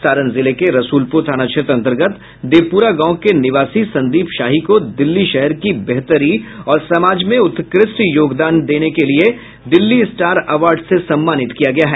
सारण जिले के रसुलपुर थाना क्षेत्र अंतर्गत देवपुरा गांव के निवासी संदीप शाही को दिल्ली शहर की बेहतरी और समाज में उत्कृष्ट योगदान देने के लिये दिल्ली स्टार अवार्ड से सम्मानित किया गया है